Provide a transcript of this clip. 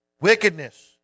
wickedness